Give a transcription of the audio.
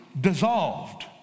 dissolved